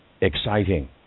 exciting